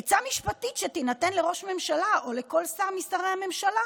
עצה משפטית שתינתן לראש הממשלה ולכל שר משרי הממשלה